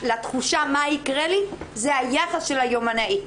לתחושה מה יקרה לי זה היחס של היומנאי.